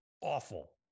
awful